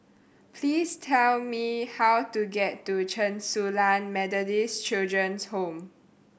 please tell me how to get to Chen Su Lan Methodist Children's Home